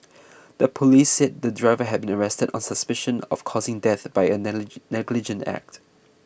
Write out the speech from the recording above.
the police said the driver has been arrested on suspicion of causing death by a negligent act